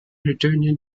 returned